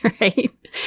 right